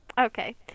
Okay